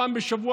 פעם בשבוע,